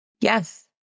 Yes